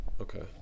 Okay